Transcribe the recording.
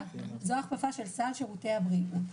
זו הכפפת סל שירותי הבריאות.